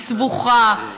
היא סבוכה,